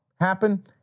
happen